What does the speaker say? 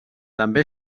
també